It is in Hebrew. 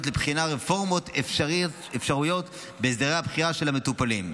לבחינת רפורמות אפשריות בהסדרי הבחירה של המטופלים.